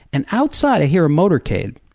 and outside i hear a motorcade,